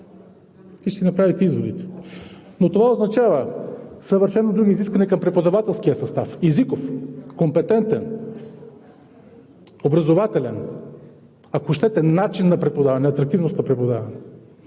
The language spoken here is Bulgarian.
и ще си направите изводите. Но това означава съвършено други изисквания към преподавателския състав, езиков, компетентен, образователен, ако щете начин на преподаване, атрактивност на преподаване.